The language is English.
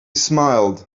smiled